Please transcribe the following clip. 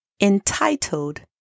entitled